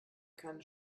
keine